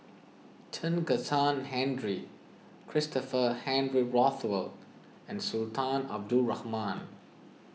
Chen Kezhan Henri Christopher Henry Rothwell and Sultan Abdul Rahman